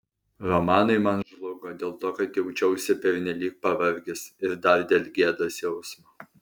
romanai man žlugo dėl to kad jaučiausi pernelyg pavargęs ir dar dėl gėdos jausmo